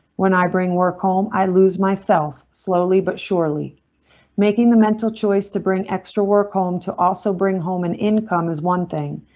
when i bring work home, i lose myself slowly but surely making the mental choice to bring extra work home to also bring home an income is one thing,